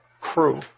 crew